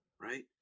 Right